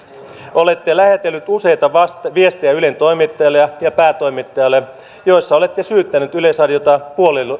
olette lähetellyt ylen toimittajille ja ja päätoimittajalle useita viestejä joissa olette syyttänyt yleisradiota